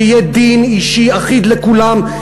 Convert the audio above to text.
שיהיה דין אישי אחיד לכולם,